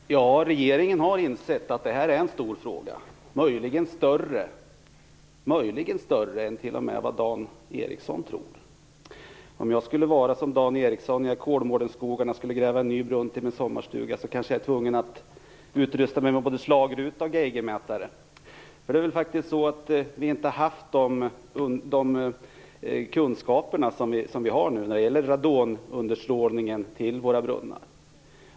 Fru talman! Regeringen har insett att det här är en stor fråga - möjligen större än vad t.o.m. Dan Ericsson tror. Om jag skulle vara som Dan Ericsson och i Kolmårdenskogarna skulle gräva en ny brunn till min sommarstuga, kanske jag var tvungen att utrusta mig med både slagruta och geigermätare. Vi har inte haft de kunskaper som vi nu har om radonunderstrålningen till våra brunnar.